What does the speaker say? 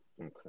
Okay